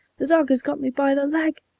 the dog has got me by the leg!